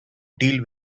deal